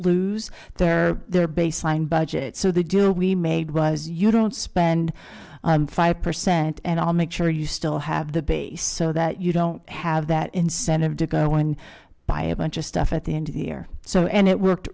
lose their their baseline budget so they do we made was you don't spend five percent and i'll make sure you still have the base so that you don't have that incentive to go and buy a bunch of stuff at the end here so and it worked